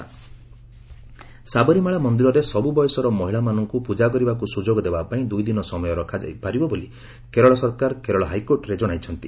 HC Sabarimala Sabarimala ମନ୍ଦିରରେ ସବୁ ବୟସର ମହିଳାମାନଙ୍କୁ ପୂଜା କରିବାକୁ ସ୍ରଯୋଗ ଦେବାପାଇଁ ଦୂଇ ଦିନ ସମୟ ରଖାଯାଇପାରିବ ବୋଲି କେରଳ ସରକାର କେରଳ ହାଇକୋର୍ଟରେ ଜଣାଇଛନ୍ତି